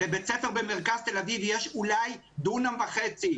לבית ספר במרכז תל אביב יש אולי דונם וחצי.